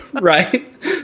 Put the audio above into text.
Right